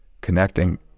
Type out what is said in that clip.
connecting